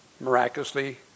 miraculously